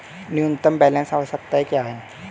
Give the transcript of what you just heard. न्यूनतम बैलेंस आवश्यकताएं क्या हैं?